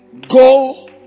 Go